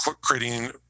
creating